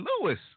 Lewis